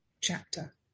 chapter